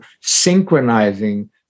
synchronizing